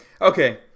Okay